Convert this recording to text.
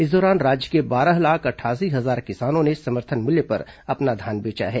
इस दौरान राज्य के बारह लाख अठासी हजार किसानों ने समर्थन मूल्य पर अपना धान बेचा है